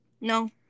no